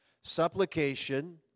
Supplication